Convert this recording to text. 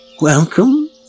Welcome